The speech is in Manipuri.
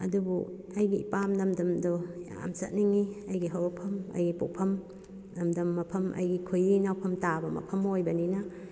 ꯑꯗꯨꯕꯨ ꯑꯩꯒꯤ ꯏꯄꯥꯝ ꯂꯝꯗꯝꯗꯣ ꯌꯥꯝ ꯆꯠꯅꯤꯡꯏ ꯑꯩꯒꯤ ꯍꯧꯔꯛꯐꯝ ꯑꯩꯒꯤ ꯄꯣꯛꯐꯝ ꯂꯝꯗꯝ ꯃꯐꯝ ꯑꯩꯒꯤ ꯈꯣꯏꯔꯤ ꯅꯥꯎꯐꯝ ꯇꯥꯕ ꯃꯐꯝ ꯑꯣꯏꯕꯅꯤꯅ